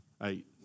Eight